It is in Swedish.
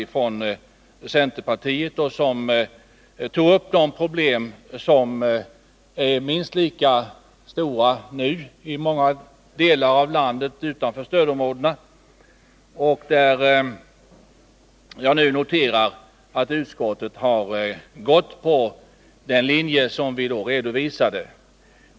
I dessa reservationer togs upp problem som i många delar av landet utanför stödområdena är minst lika stora i dag, men jag noterar att utskottet nu är inne på samma linje som vi då redovisade.